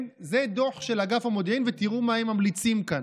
זה דוח של אגף המודיעין, ותראו מה הם ממליצים כאן: